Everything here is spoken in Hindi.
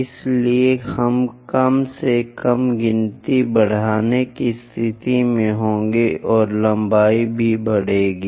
इसलिए हम कम से कम गिनती बढ़ाने की स्थिति में होंगे और लंबाई भी बढ़ेगी